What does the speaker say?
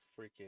freaking